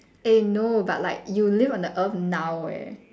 eh no but like you live on the earth now eh